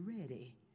ready